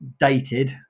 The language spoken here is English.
dated